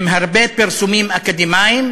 עם הרבה פרסומים אקדמיים,